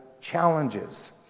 challenges